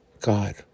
God